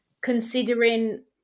Considering